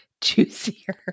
juicier